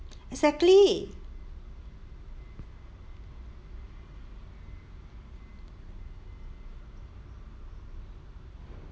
exactly